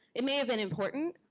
it may have been important,